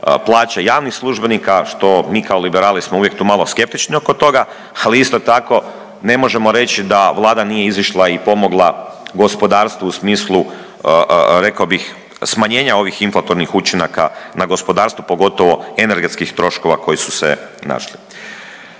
plaće javnih službenika što mi kao liberali smo tu uvijek malo skeptični oko toga, ali isto tako ne možemo reći da vlada nije izišla i pomogla gospodarstvu u smislu rekao bih smanjenja ovih inflatornih učinaka na gospodarstvo, pogotovo energetskih troškova koji su se našli.